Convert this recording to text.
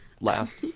last